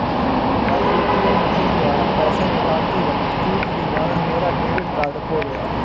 कल ATM machine द्वारा पैसे निकालते वक़्त चूक के कारण मेरा डेबिट कार्ड खो गया